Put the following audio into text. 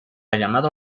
llamado